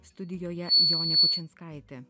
studijoje jonė kučinskaitė